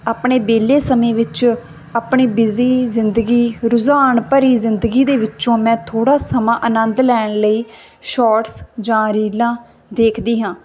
ਆਪਣੇ ਵਿਹਲੇ ਸਮੇਂ ਵਿੱਚ ਆਪਣੇ ਬਿਜ਼ੀ ਜ਼ਿੰਦਗੀ ਰੁਝਾਨ ਭਰੀ ਜ਼ਿੰਦਗੀ ਦੇ ਵਿੱਚੋਂ ਮੈਂ ਥੋੜ੍ਹਾ ਸਮਾਂ ਆਨੰਦ ਲੈਣ ਲਈ ਸ਼ੋਰਟਸ ਜਾਂ ਰੀਲਾਂ ਦੇਖਦੀ ਹਾਂ